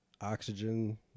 Oxygen